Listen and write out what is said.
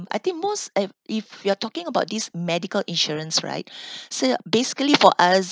I think most eh if you're talking about this medical insurance right so basically for us